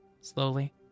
Slowly